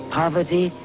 poverty